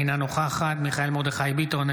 אינה נוכחת מיכאל מרדכי ביטון,